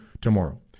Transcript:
tomorrow